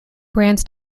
brands